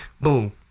Boom